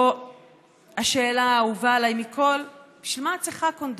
או השאלה האהובה עליי מכול: "בשביל מה את צריכה קונדום?"